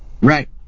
Right